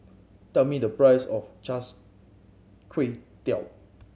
tell me the price of Char Kway Teow